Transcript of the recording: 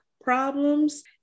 problems